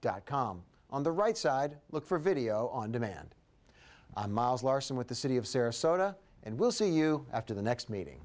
dot com on the right side look for video on demand on miles larson with the city of sarasota and we'll see you after the